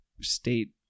state